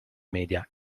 media